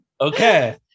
Okay